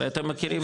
הרי אתם מכירים.